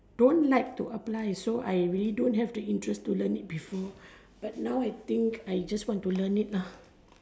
don't like to apply so I really don't have the interest to learn it before but now I think I just want to learn it lah